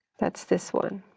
that's this one.